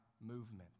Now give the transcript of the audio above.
movement